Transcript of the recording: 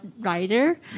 writer